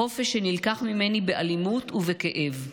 חופש שנלקח ממני באלימות ובכאב,